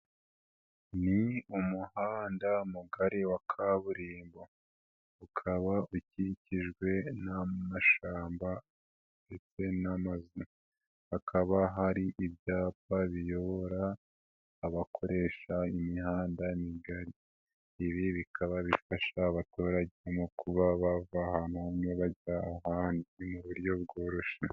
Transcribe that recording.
Ni umuhanda mugari wa kaburimbo, ukaba ukikijwe n'amashyamba ndetse n'amazu, hakaba hari ibyapa biyobora abakoresha imihanda migari, ibi bikaba bifasha abaturage kuba bava ahantu bajya ahandi mu buryo bworoshye.